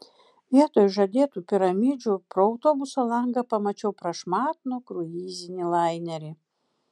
vietoj žadėtų piramidžių pro autobuso langą pamačiau prašmatnų kruizinį lainerį